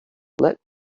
let